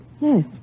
Yes